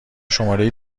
شماره